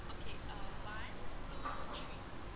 okay uh one two three